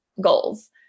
goals